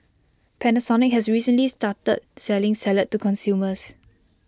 Panasonic has recently started selling salad to consumers